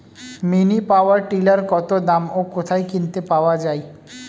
Mini power tiller কত দাম ও কোথায় কিনতে পাওয়া যায়?